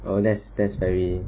oh that that's very